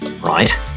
right